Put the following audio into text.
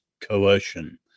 coercion